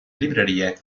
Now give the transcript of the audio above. librerie